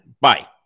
bye